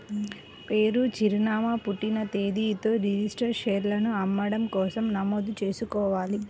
పేరు, చిరునామా, పుట్టిన తేదీలతో రిజిస్టర్డ్ షేర్లను అమ్మడం కోసం నమోదు చేసుకోవాలి